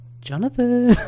Jonathan